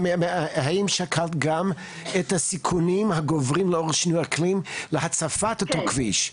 האם שקלת גם את הסיכונים הגוברים לאור שינויי אקלים להצפת אותו כביש?